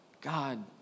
God